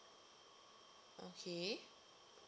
okay